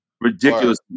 Ridiculous